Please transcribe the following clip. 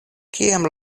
kiam